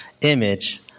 image